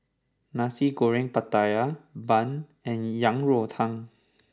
Nasi Goreng Pattaya Bun and Yang Rou Tang